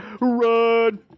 run